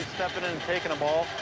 taking the ball